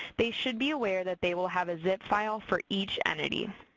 they should be aware that they will have a zip file for each entity.